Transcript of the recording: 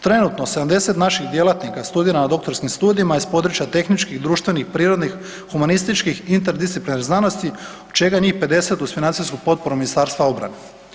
Trenutno 70 naših djelatnika studira na doktorskim studijima iz područja tehničkih, društvenih, prirodnih, humanističkih, interdisciplinarnih znanosti od čega je njih 50 uz financijsku potporu Ministarstva obrane.